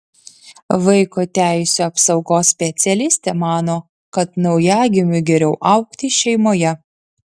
vaiko teisių apsaugos specialistė mano kad naujagimiui geriau augti šeimoje